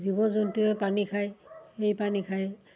জীৱ জন্তুৱে পানী খায় সেই পানী খায়